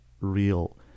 real